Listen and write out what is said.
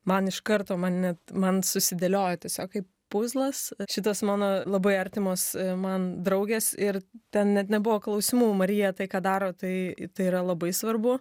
man iš karto man net man susidėliojo tiesiog kaip puzlas šitos mano labai artimos man draugės ir ten net nebuvo klausimų marija tai ką daro tai tai yra labai svarbu